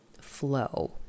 flow